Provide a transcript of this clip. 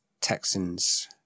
Texans